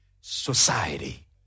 society